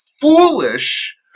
foolish